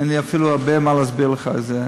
אין לי אפילו הרבה מה להסביר לך בזה.